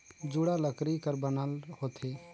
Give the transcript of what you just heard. जुड़ा लकरी कर बनल होथे